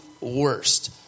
worst